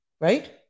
Right